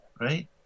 right